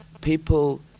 People